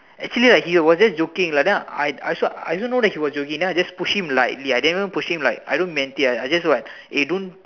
actually right he was just joking lah then I also I also know that he also joking then I just push him lightly I didn't even push him like I haven't even meant it like eh don't